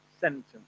sentence